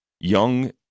Young